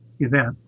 event